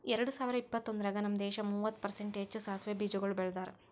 ಎರಡ ಸಾವಿರ ಇಪ್ಪತ್ತೊಂದರಾಗ್ ನಮ್ ದೇಶ ಮೂವತ್ತು ಪರ್ಸೆಂಟ್ ಹೆಚ್ಚು ಸಾಸವೆ ಬೀಜಗೊಳ್ ಬೆಳದಾರ್